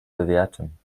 bewerten